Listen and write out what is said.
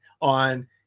On